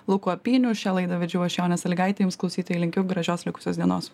luku apiniu šią laidą vedžiau aš jonė salygaitė jums klausytojai linkiu gražios likusios dienos